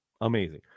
amazing